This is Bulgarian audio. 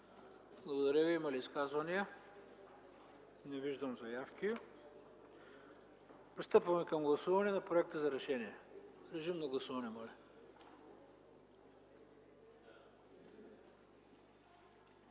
Благодаря Ви. Има ли изказвания? Не виждам заявки. Пристъпваме към гласуване на проекта за решение. Гласували